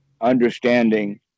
understanding